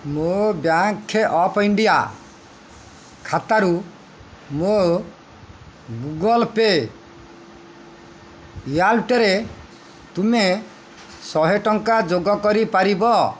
ମୋ Bank of India ଖାତାରୁ ମୋ ଗୁଗଲ୍ ପେ' ୱାଲେଟରେ ତୁମେ ଶହେ ଟଙ୍କା ଯୋଗ କରିପାରିବ